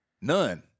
none